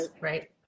right